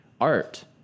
art